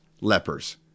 lepers